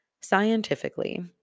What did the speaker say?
scientifically